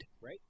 right